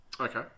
Okay